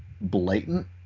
blatant